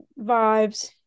vibes